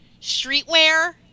streetwear